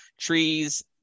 trees